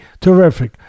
Terrific